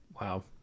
Wow